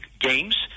Games